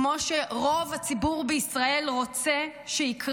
כמו שרוב גדול מאוד מהציבור היה רוצה שיקרה,